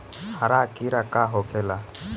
हरा कीड़ा का होखे ला?